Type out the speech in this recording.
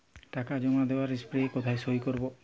টাকা জমা দেওয়ার স্লিপে কোথায় সই করব?